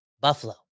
Buffalo